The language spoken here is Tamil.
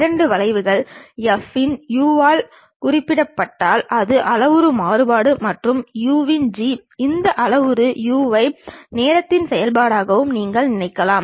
இரண்டு வளைவுகள் F இன் u ஆல் குறிப்பிடப்பட்டால் ஒரு அளவுரு மாறுபாடு மற்றும் u இன் G இந்த அளவுரு u ஐ நேரத்தின் செயல்பாடாகவும் நீங்கள் நினைக்கலாம்